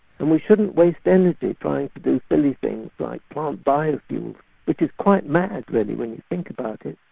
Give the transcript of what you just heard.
and we shouldn't waste energy trying to do silly things like plant biofuels which is quite mad really when you think about it.